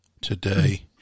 today